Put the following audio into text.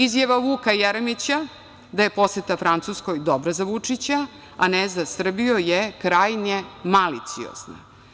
Izjava Vuka Jeremića da je poseta Francuskoj dobra za Vučića a ne za Srbiju je krajnje maliciozna.